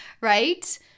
Right